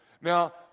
Now